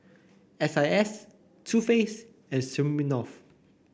S I S Too Faced and Smirnoff